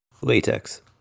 Latex